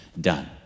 done